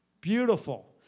Beautiful